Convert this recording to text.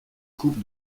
coupe